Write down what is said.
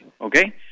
Okay